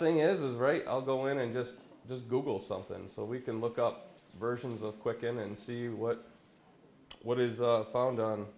thing is right i'll go in and just just google something and so we can look up versions of quicken and see what what is found on